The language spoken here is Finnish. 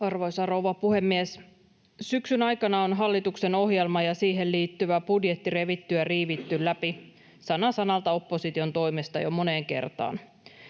Arvoisa rouva puhemies! Syksyn aikana on hallituksen ohjelma ja siihen liittyvä budjetti revitty ja riivitty läpi sana sanalta opposition toimesta jo moneen kertaan.